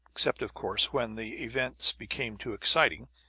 except, of course, when the events became too exciting.